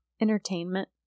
Entertainment